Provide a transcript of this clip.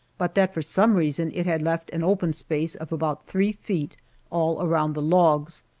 but that for some reason it had left an open space of about three feet all around the logs,